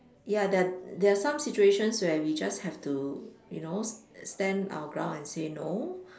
ya there there are some situations where we just have to you know stand our ground and say no